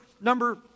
number